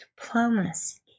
Diplomacy